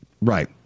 Right